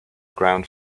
ground